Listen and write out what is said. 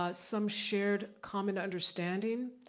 ah some shared common understanding,